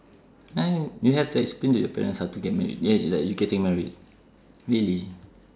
!huh! you have to explain to your parents how to get married like you getting married really